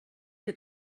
que